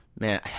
Man